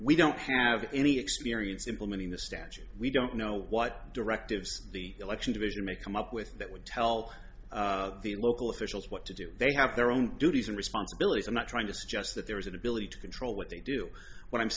we don't have any experience implementing the statute we don't know what directives the election division may come up with that would tell the local officials what to do they have their own duties and responsibilities i'm not trying to suggest that there is an ability to control what they do what i'm